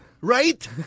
Right